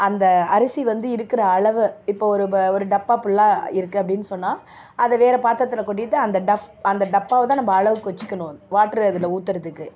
அந்த அரிசி வந்து இருக்கிற அளவு இப்போ ஒரு ப ஒரு டப்பா ஃபுல்லாக இருக்குது அப்படின்னு சொன்னால் அது வேறு பாத்திரத்தில் கொட்டிட்டு அந்த டப் அந்த டப்பாவை தான் நம்ம அளவுக்கு வச்சுக்கணும் வாட்டர் அதில் ஊற்றுறதுக்கு